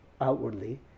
outwardly